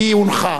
היא הונחה,